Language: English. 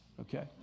okay